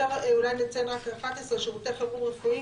אולי נציין רק ב-(11): "שירותי חירום רפואיים"